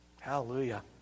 Hallelujah